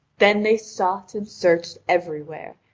then they sought and searched everywhere,